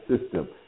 system